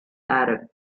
arab